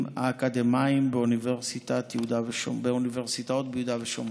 האקדמיים באוניברסיטאות ביהודה ושומרון,